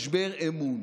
משבר אמון.